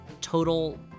total